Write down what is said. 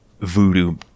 voodoo